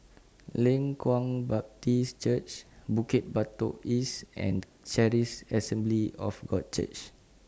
Leng Kwang Baptist Church Bukit Batok East and Charis Assembly of God Church